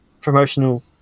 promotional